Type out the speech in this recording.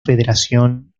federación